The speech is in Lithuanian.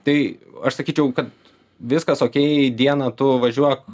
tai aš sakyčiau kad viskas okei dieną tu važiuok